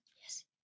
yes